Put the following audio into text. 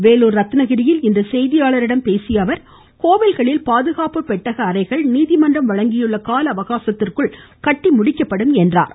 வேலூர் ரத்தினகிரியில் இன்று செய்தியாளர்களிடம் பேசிய அவர் கோவில்களில் பாதுகாப்பு பெட்டக அறைகள் நீதிமன்றம் வழங்கியுள்ள கால அவகாசத்திற்குள் கட்டி முடிக்கப்படும் என்றார்